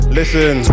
listen